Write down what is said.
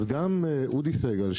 אז גם אודי סגל,